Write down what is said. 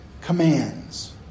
commands